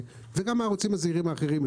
אלה ערוצים שאת ההכנסות שלהם הם